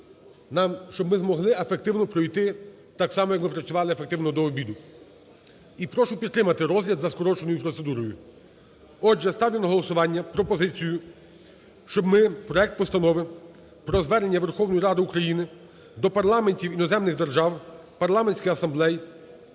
щоб ми змогли ефективно пройти, так само, як ми працювали ефективно до обіду. І прошу підтримати розгляд за скороченою процедурою. Отже, ставлю на голосування пропозицію, щоб ми проект Постанови про Звернення Верховної Ради України до парламентів іноземних держав, парламентських асамблей